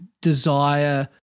desire